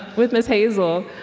with miss hazel,